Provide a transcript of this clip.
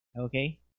Okay